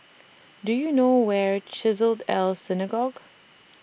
Do YOU know Where Chesed El Synagogue